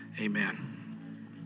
amen